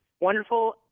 wonderful